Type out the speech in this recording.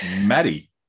Maddie